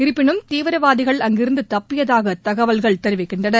இருப்பினும் தீவிரவாதிகள் அங்கிருந்து தப்பியதாக தகவல்கள் தெரிவிக்கின்றன